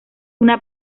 una